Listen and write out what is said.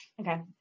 Okay